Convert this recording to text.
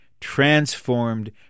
transformed